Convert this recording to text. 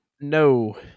no